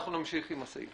אנחנו נמשיך עם הסעיף.